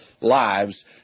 lives